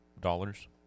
dollars